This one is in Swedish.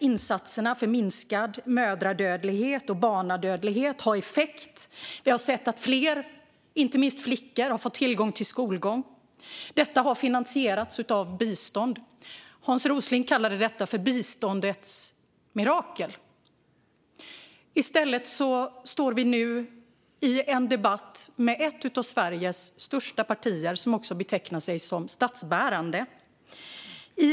Insatserna för minskad mödradödlighet och barnadödlighet har haft effekt. Fler, inte minst flickor, har fått tillgång till skolgång. Detta har finansierats av bistånd. Hans Rosling kallade detta för biståndets mirakel. Nu står vi i en debatt med ett av Sveriges största partier, som också betecknar sig som statsbärande.